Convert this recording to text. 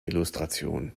illustration